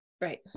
right